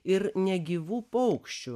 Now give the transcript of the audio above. ir negyvų paukščių